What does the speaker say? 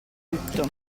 tutto